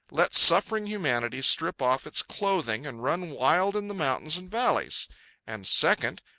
let suffering humanity strip off its clothing and run wild in the mountains and valleys and, second,